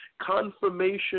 Confirmation